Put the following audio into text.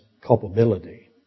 culpability